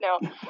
no